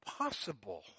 impossible